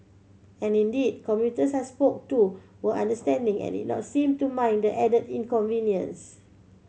and indeed commuters I spoke to were understanding and did not seem to mind the added inconvenience